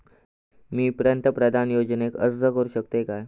मी पंतप्रधान योजनेक अर्ज करू शकतय काय?